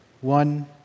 one